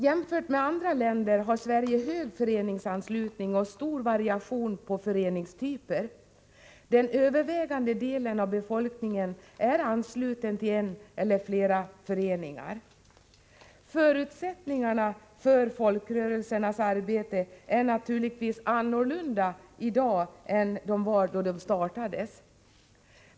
Jämfört med andra länder har Sverige en hög föreningsanslutning och stor variation av föreningstyper. Den övervägande delen av befolkningen är ansluten till en eller flera föreningar. Förutsättningarna för folkrörelsernas arbete är naturligtvis andra i dag än när de startades.